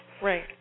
Right